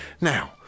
Now